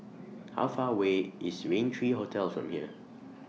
How Far away IS Rain three Hotel from here